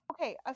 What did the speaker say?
Okay